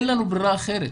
אין לנו ברירה אחרת.